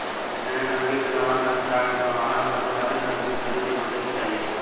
internet banking के दौरान bank fraud के संभावना से बचे खातिर संदिग्ध संदेश से बचे के चाही